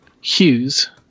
Hughes